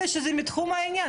אלא שזה יהיה מתחום העניין.